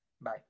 Bye